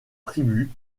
tribu